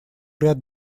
ряд